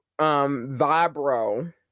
Vibro